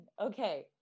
Okay